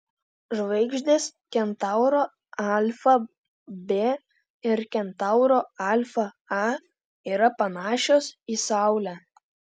žvaigždės kentauro alfa b ir kentauro alfa a yra panašios į saulę